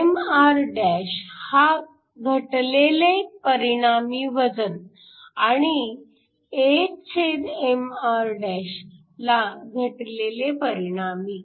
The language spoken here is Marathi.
mr ह्ला 'घटलेले परिणामी वजन' आणि 1mr ला 'घटलेले परिणामी'